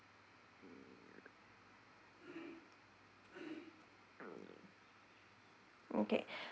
okay